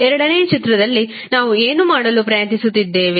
ಎರಡನೇ ಚಿತ್ರದಲ್ಲಿ ನಾವು ಏನು ಮಾಡಲು ಪ್ರಯತ್ನಿಸುತ್ತಿದ್ದೇವೆ